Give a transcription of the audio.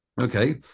Okay